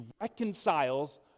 reconciles